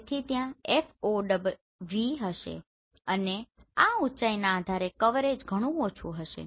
તેથી ત્યાં FOV હશે અને આ ઊચાઇના આધારે કવરેજ ઘણું ઓછું હશે